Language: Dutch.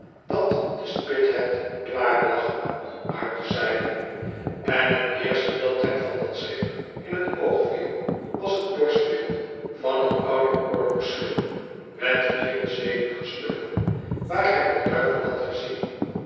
dat te spithead klaar lag om uit te zeilen en t eerste dat hem van dat schip in t oog viel was t borstbeeld van t oude oorlogsschip met vier en zeventig stukken waar hij den duivel had gezien